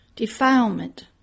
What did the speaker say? Defilement